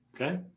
Okay